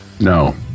No